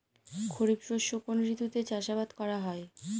খরিফ শস্য কোন ঋতুতে চাষাবাদ করা হয়?